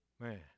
man